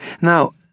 Now